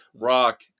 rock